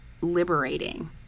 liberating